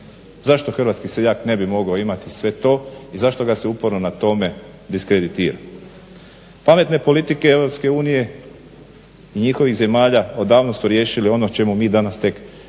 Zašto hrvatski seljak ne bi mogao imati sve to i zašto ga se uporno na tome diskreditira. Pametne politike EU i njihovih zemalja odavno su riješili ono o čemu mi ono tek danas